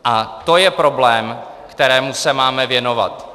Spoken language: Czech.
A to je problém, kterému se máme věnovat.